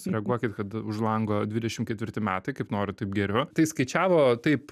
reaguokit kad už lango dvidešimt ketvirti metai kaip noriu taip geriu tai skaičiavo taip